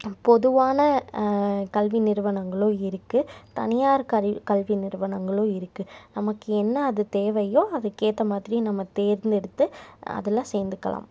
பொதுவான கல்வி நிறுவனங்களும் இருக்குது தனியார் கல் கல்வி நிறுவனங்களும் இருக்குது நமக்கு என்ன அது தேவையோ அதுக்கேற்ற மாதிரி நம்ம தேர்ந்தெடுத்து அதில் சேர்ந்துக்கலாம்